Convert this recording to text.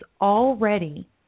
already